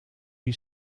die